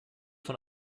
von